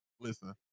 listen